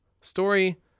Story